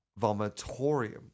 vomitorium